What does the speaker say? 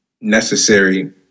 necessary